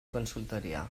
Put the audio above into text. consultoria